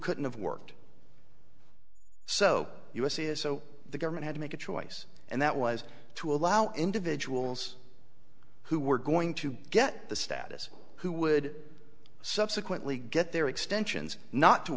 couldn't have worked so us is so the government had to make a choice and that was to allow individuals who were going to get the status who would subsequently get their extensions not to